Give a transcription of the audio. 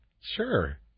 Sure